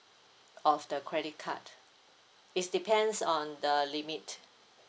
of the credit card it depends on the limit